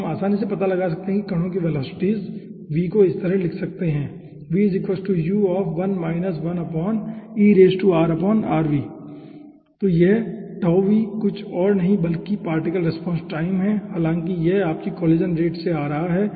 तो हम आसानी से पता लगा सकते हैं कि कणों की वेलोसिटीज़ v को इस तरह लिख सकते है जहां कुछ और नहीं बल्कि पार्टिकल रेस्पॉन्स टाइम है हालाँकि यह आपकी कोलिजन रेट से आ रहा है